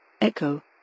Echo